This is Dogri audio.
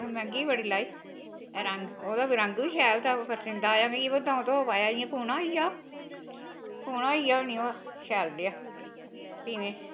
तुस मैंह्गी बड़ी लाई रंग ओह्दा बी रंग शैल था पसंद आया मिगी पर द'ऊं धौ पाया इ'यां पूना होई गेआ पूना होई गेआ हैनी ओह् शैल रेहा फ्ही में